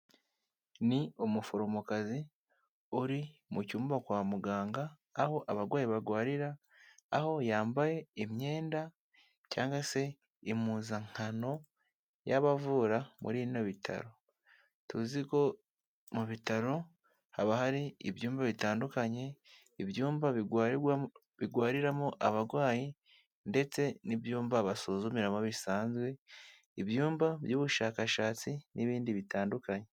Ni umuforomokazi uri mu cyumba kwa muganga aho abarwayi barwarira, aho yambaye imyenda cyangwa se impuzankano y'abavura muri bino bitaro, tuzi ko mu bitaro haba hari ibyumba bitandukanye. Ibyumba bigwariramo abarwayi ndetse n'ibyumba basuzumimo bisanzwe, ibyumba by'ubushakashatsi n'ibindi bitandukanye.